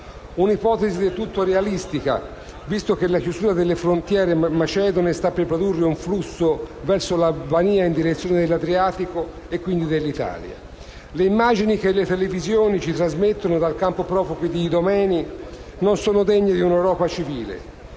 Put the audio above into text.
Un'ipotesi del tutto realistica, visto che la chiusura delle frontiere macedoni sta per produrre un flusso verso l'Albania in direzione dell'Adriatico e quindi dell'Italia. Le immagini che le televisioni ci trasmettono dal campo profughi di Idomeni non sono degne di un'Europa civile.